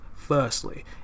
Firstly